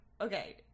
Okay